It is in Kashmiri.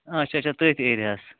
اچھا اچھا تٔتھۍ ایٚریاہَس